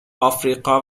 آفریقا